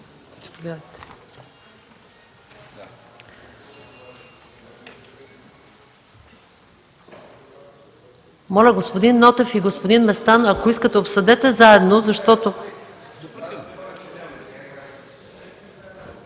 Моля, господин Нотев и господин Местан, ако искате обсъдете заедно.